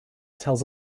tells